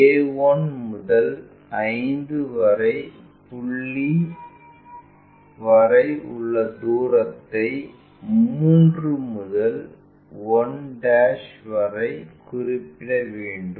a1 முதல் 5 வது புள்ளி வரை உள்ள தூரத்தை 3 முதல் 1 வரை குறிப்பிட வேண்டும்